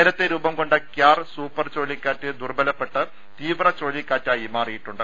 നേരത്തെ രൂപംകൊണ്ട Kyarr super ചുഴലിക്കാറ്റ് ദുർബലപ്പെട്ട് തീവ്രചുഴലിക്കാറ്റായി മാറിയിട്ടുണ്ട്